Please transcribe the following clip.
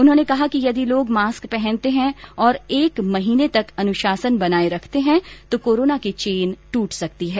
उन्होंने कहा कि यदि लोग मास्क पहनते हैं और एक महीने तक अनुशासन बनाये रखते हैं तो कोरोना की चेन टूट सकती है